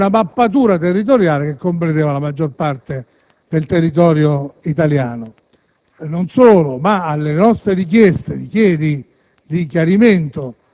indicava una mappatura territoriale che comprendeva la maggior parte del territorio italiano. Non solo, ma alle nostre richieste di